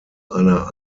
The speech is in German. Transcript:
einer